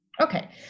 Okay